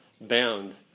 bound